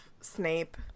Snape